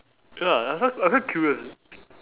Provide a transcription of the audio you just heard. ya that's why I quite curious eh